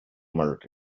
molt